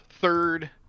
Third